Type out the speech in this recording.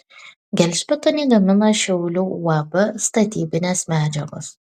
gelžbetonį gamina šiaulių uab statybinės medžiagos